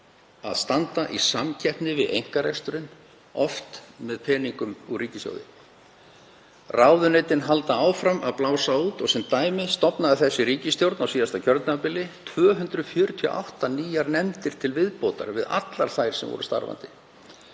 að standa í samkeppni við einkareksturinn, oft með peningum úr ríkissjóði. Ráðuneytin halda áfram að blása út og sem dæmi stofnaði þessi ríkisstjórn á síðasta kjörtímabili 248 nýjar nefndir til viðbótar við allar þær sem voru starfandi.